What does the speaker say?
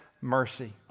mercy